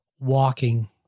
walking